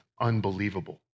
unbelievable